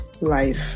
life